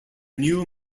new